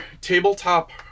tabletop